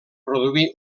produir